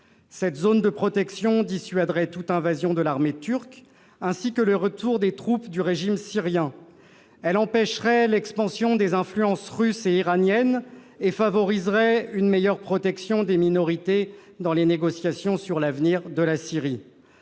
Cette zone de protection dissuaderait toute invasion de l'armée turque, ainsi que le retour des troupes du régime syrien. Elle empêcherait l'expansion de l'influence russe et iranienne. Enfin, elle favoriserait une meilleure protection des minorités dans les négociations sur l'avenir de la Syrie.